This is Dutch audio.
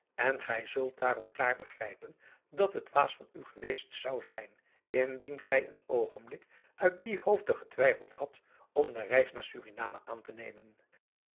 en gij zult daarom klaar begrijpen dat het dwaas van u geweest zou zijn indien gij een oogenblik uit dien hoofde getwijfeld had om de reis naar suriname aan te nemen